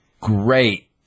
great